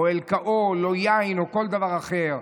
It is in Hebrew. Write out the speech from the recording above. או אלכוהול או יין או כל דבר אחר: